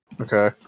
Okay